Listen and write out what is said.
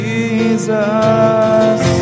Jesus